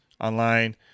online